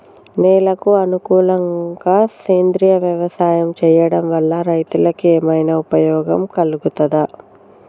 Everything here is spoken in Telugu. నేలకు అనుకూలంగా సేంద్రీయ వ్యవసాయం చేయడం వల్ల రైతులకు ఏమన్నా ఉపయోగం కలుగుతదా?